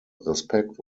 respekt